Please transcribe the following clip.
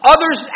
Others